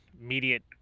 immediate